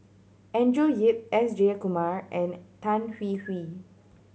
Andrew Yip S Jayakumar and Tan Hwee Hwee